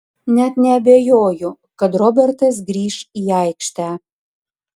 net neabejoju kad robertas grįš į aikštę